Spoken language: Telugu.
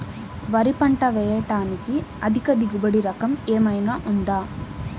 వరి పంట వేయటానికి అధిక దిగుబడి రకం ఏమయినా ఉందా?